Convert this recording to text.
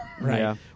Right